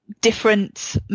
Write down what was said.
different